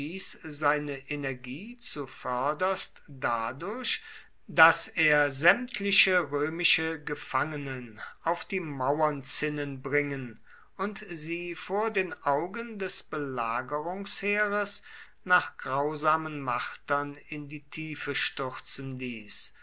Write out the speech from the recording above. seine energie zuvörderst dadurch daß er sämtliche römische gefangenen auf die mauerzinnen bringen und sie vor den augen des belagerungsheeres nach grausamen martern in die tiefe stürzen ließ